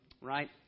right